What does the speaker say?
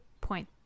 point